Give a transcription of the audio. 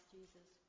Jesus